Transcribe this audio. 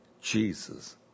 Jesus